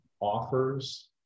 offers